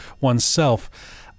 oneself